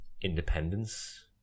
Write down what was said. independence